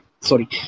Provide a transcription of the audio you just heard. sorry